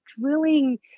drilling